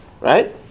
Right